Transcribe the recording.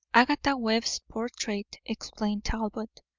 agatha webb's portrait, explained talbot,